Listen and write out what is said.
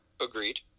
Agreed